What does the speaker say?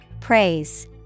Praise